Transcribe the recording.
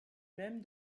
même